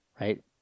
Right